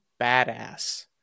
badass